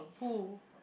who